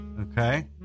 Okay